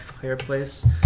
fireplace